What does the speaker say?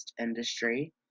industry